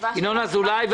ינון אזולאי,